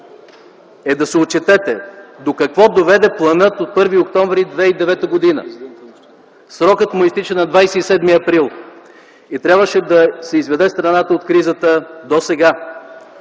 е да се отчетете до какво доведе планът от 1 октомври 2009 г. Срокът му изтича на 27 април и трябваше досега да се изведе страната от кризата. Не